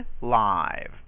live